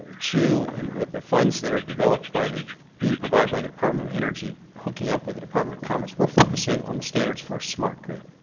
chu, and with the funds that are developed by the being provided by the department of energy hooking up with the department of commerce, we're focusing on the standards for smart grid.